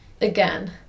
again